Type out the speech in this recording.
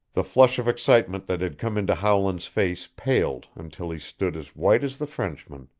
the flush of excitement that had come into howland's face paled until he stood as white as the frenchman.